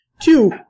Two